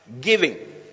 giving